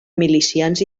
milicians